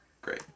Great